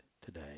today